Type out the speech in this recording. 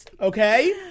okay